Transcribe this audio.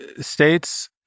states